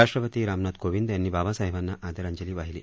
राष्ट्रपती रामनाथ कोविद यांनी बाबासाहेबांना आदरांजली वाहिली